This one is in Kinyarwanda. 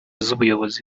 z’ubuyobozi